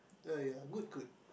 uh ya good good